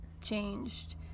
changed